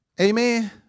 Amen